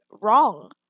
wrong